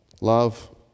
love